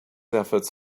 efforts